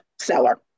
Seller